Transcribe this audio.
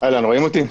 תודה רבה לכולם.